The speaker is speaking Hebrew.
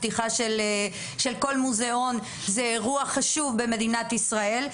פתיחה של כל מוזיאון זה אירוע חשוב במדינת ישראל,